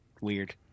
weird